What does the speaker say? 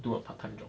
do a part time job